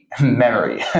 Memory